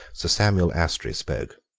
sir samuel astry spoke.